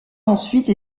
ensuite